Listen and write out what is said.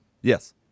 Yes